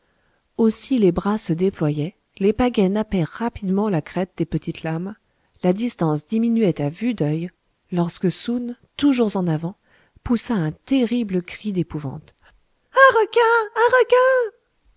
aussi les bras se déployaient les pagaies nappaient rapidement la crête des petites lames la distance diminuait à vue d'oeil lorsque soun toujours en avant poussa un terrible cri d'épouvante un requin un